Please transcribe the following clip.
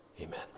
amen